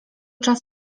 czas